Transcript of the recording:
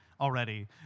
already